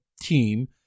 team